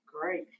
Great